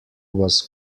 was